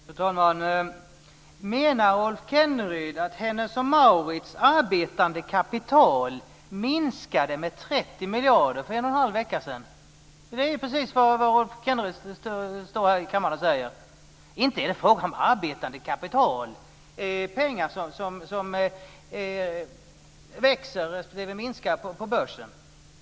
Fru talman! Menar Rolf Kenneryd att Hennes & Mauritz arbetande kapital minskade med 30 miljarder för en och en halv vecka sedan? Det är ju precis det som Rolf Kenneryd står här och säger. Pengar som ökar respektive minskar i värde på börsen, inte är det fråga om arbetande kapital.